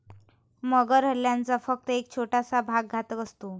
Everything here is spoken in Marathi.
मगर हल्ल्याचा फक्त एक छोटासा भाग घातक असतो